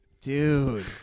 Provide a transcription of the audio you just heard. Dude